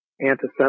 antiseptic